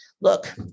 Look